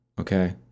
Okay